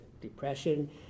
depression